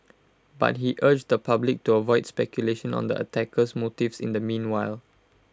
but he urged the public to avoid speculation on the attacker's motives in the meanwhile